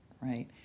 Right